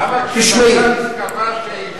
למה כשבג"ץ קבע, אז בואי אני אגיד לך.